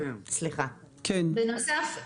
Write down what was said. בנוסף,